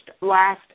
last